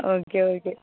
okay okay